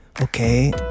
Okay